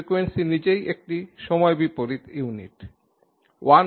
frequency নিজেই একটি সময় বিপরীত ইউনিট